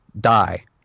die